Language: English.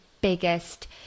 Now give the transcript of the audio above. biggest